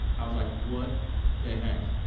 i was like what the heck.